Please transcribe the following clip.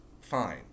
fine